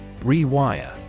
Rewire